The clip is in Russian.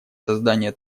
создание